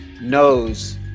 knows